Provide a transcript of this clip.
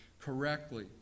correctly